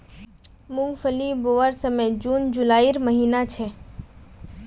मूंगफली बोवार समय जून जुलाईर महिना छे